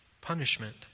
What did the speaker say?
punishment